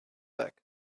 back